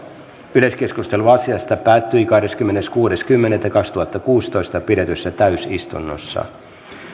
yleiskeskustelu asiasta päättyi kahdeskymmeneskuudes kymmenettä kaksituhattakuusitoista pidetyssä täysistunnossa